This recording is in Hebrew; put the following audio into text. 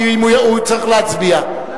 כי הוא יצטרך להצביע.